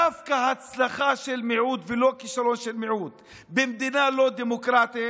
דווקא ההצלחה של מיעוט ולא הכישלון של מיעוט במדינה לא דמוקרטית,